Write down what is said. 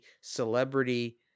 celebrity